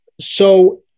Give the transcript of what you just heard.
So-